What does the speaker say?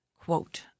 Quote